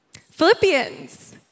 Philippians